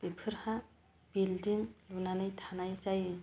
बेफोरहा building लुनानै थानाय जायो